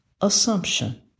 assumption